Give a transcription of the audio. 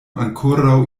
ankoraŭ